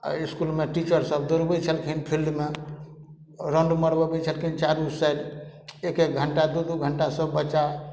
आ इसकुलमे टीचर सब दौड़बै छलखिन फील्डमे राउंड मरबै छलखिन चारू साइड एक एक घंटा दू दू घंटा सब बच्चा